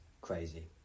Crazy